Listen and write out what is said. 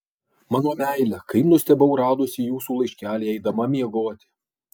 mano meile kaip nustebau radusi jūsų laiškelį eidama miegoti